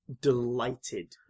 delighted